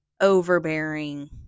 overbearing